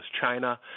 China